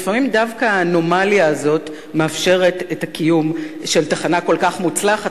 לפעמים דווקא האנומליה הזו מאפשרת את הקיום של תחנה כל כך מוצלחת.